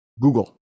Google